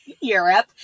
Europe